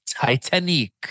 Titanic